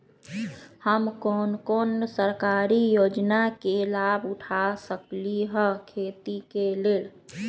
हम कोन कोन सरकारी योजना के लाभ उठा सकली ह खेती के लेल?